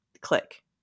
click